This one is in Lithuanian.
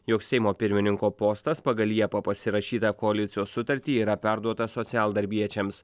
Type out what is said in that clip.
jog seimo pirmininko postas pagal liepą pasirašytą koalicijos sutartį yra perduotas socialdarbiečiams